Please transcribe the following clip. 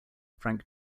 frank